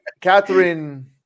Catherine